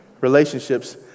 relationships